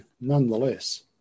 nonetheless